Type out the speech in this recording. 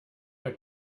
are